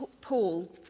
Paul